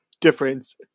difference